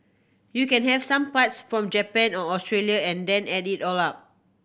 you can have some parts from Japan or Australia and then add it all up